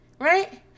right